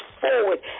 forward